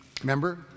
Remember